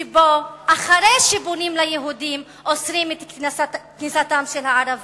שבו אחרי שבונים ליהודים אוסרים את כניסתם של ערבים.